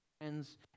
friends